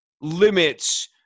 limits